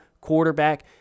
quarterback